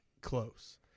close